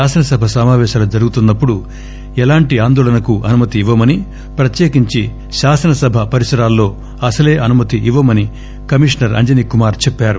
శాసనసభ సమాపేశాలు జరుగుతున్నపుడు ఎలాంటి ఆందోళనలకు అనుమతి ఇవ్వమని ప్రత్యేకించి శాసనసభ పరిసరాల్లో అసలే అనుమతి ఇవ్వమని కమీషనర్ అంజనీకుమార్ తెలిపారు